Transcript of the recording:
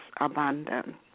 abandon